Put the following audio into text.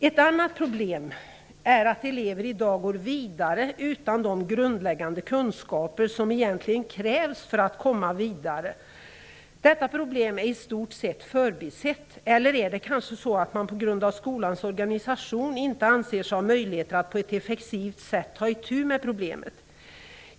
Ett annat problem är att elever i dag går vidare utan de grundläggande kunskaper som egentligen krävs för att gå vidare. Detta problem är i stort sett förbisett. Eller är det kanske så att man på grund av skolans organisation inte anser sig ha möjligheter att på ett effektivt sätt ta itu med problemet?